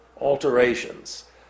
alterations